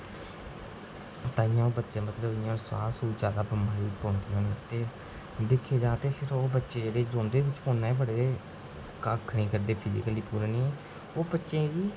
ताइयें ओह् बच्चे मतलब साह् बगैरा जैदा बमारी होंदी उं'नेगी ते दिक्खेआ जा ते जेह्डे़ बच्चे रौंह्दे फौने च बडे़ दे कक्ख नेईं करदे फिजीकली पूरे दिन ओह् बच्चें गी